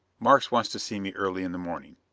markes wants to see me early in the morning.